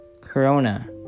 Corona